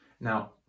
Now